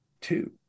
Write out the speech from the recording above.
Two